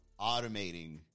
automating